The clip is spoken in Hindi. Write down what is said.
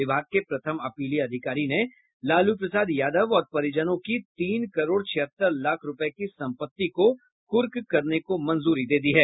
विभाग के प्रथम अपीलीय अधिकारी ने लालू प्रसाद यादव और परिजनों की तीन करोड़ छिहत्तर लाख रुपये की संपत्ति को कुर्क करने को मंजूरी दे दी है